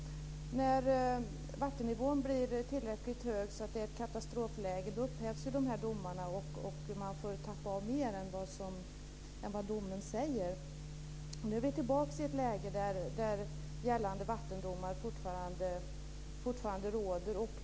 När vattennivån blir tillräckligt hög, så att det är katastrofläge, upphävs de här domarna, och man får tappa av mer än vad domen säger. Nu är vi tillbaka i ett läge där gällande vattendomar fortfarande råder.